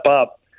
up